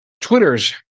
Twitter's